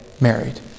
married